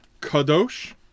kadosh